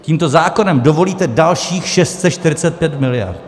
Tímto zákonem dovolíte dalších 645 miliard.